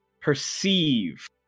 perceive